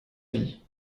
vie